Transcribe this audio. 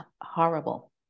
horrible